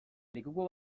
lekuko